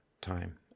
time